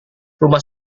rumah